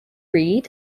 read